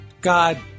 God